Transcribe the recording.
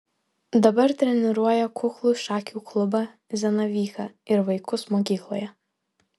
dabar treniruoja kuklų šakių klubą zanavyką ir vaikus mokykloje